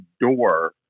door